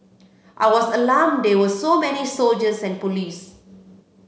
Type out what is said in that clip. I was alarmed there were so many soldiers and police